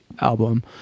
album